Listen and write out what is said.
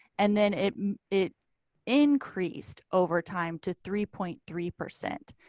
and then it it increased over time to three point three percent.